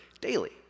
daily